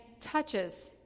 touches